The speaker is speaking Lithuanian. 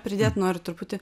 pridėt noriu truputį